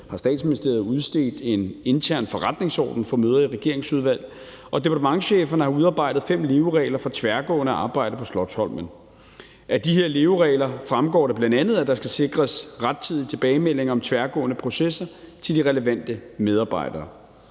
at Statsministeriet har udstedt en intern forretningsorden fra møder i regeringsudvalg, og departementscheferne har udarbejdet fem leveregler for tværgående arbejde på Slotsholmen. Af de her leveregler fremgår det bl.a., at der skal sikres rettidig tilbagemelding om tværgående processer til de relevante medarbejdere.